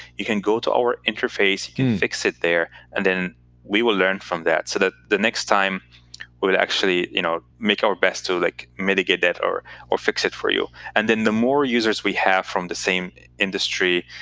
you can go to our interface, you can fix it there, and then we will learn from that, so that the next time we would actually you know make our best to like mitigate that or or fix it for you. and then the more users we have from the same industry,